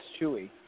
Chewy